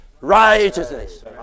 righteousness